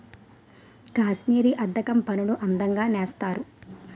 కాశ్మీరీ అద్దకం పనులు అందంగా నేస్తారు